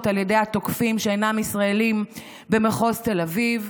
על ידי תוקפים שאינם ישראלים במחוז תל אביב.